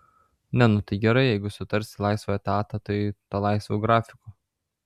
ne nu tai gerai jeigu sutarsi laisvą etatą tai tą laisvu grafiku